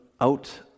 out